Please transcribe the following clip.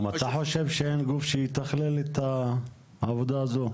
אתה חושב שאין גוף שיתכלל את העבודה הזו?